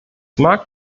mag